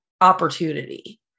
opportunity